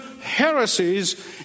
heresies